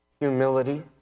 humility